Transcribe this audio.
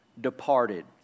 departed